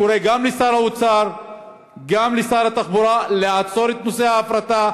אני קורא גם לשר האוצר וגם לשר התחבורה לעצור את ההפרטה,